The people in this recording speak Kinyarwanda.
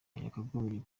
yakagombye